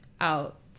out